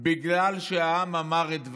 בגלל ש"העם אמר את דברו".